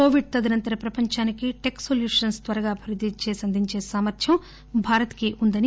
Covid తదనంతర ప్రపంచానికి tech సెల్యూషన్స్ను త్వరగా అభివృద్ది చేసి అందించే సామర్థ్యం భారత్కు ఉందన్నారు